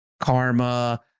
karma